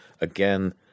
Again